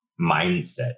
mindset